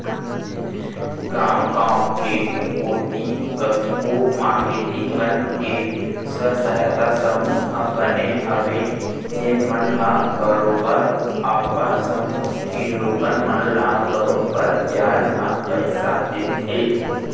गाँव गाँव कोती कतको मारकेटिंग मन के स्व सहायता समूह बने हवय जेन मन ह बरोबर अपन समूह के लोगन मन ल बरोबर बियाज म पइसा देथे